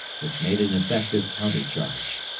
which made an effective counter-charge.